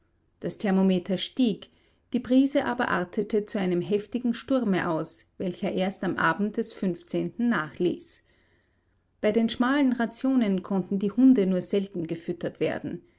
das thermometer stieg die brise aber artete zu einem heftigen sturme aus welcher erst am abend des nachließ bei den schmalen rationen konnten die hunde nur selten gefüttert werden